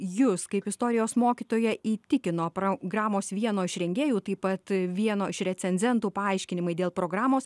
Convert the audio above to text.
jūs kaip istorijos mokytoją įtikino programos vieno iš rengėjų taip pat vieno iš recenzentų paaiškinimai dėl programos